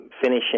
finishing